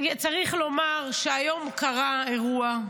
צריך לומר שהיום קרה אירוע,